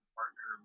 partner